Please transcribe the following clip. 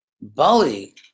Bali